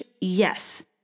yes